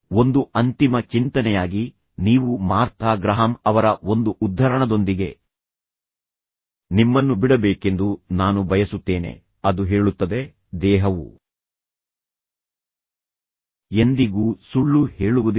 ಒಂದು ಅಂತಿಮ ಚಿಂತನೆಯಾಗಿ ನೀವು ಮಾರ್ಥಾ ಗ್ರಹಾಂ ಅವರ ಒಂದು ಉದ್ಧರಣದೊಂದಿಗೆ ನಿಮ್ಮನ್ನು ಬಿಡಬೇಕೆಂದು ನಾನು ಬಯಸುತ್ತೇನೆ ಅದು ಹೇಳುತ್ತದೆ ದೇಹವು ಎಂದಿಗೂ ಸುಳ್ಳು ಹೇಳುವುದಿಲ್ಲ